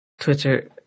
Twitter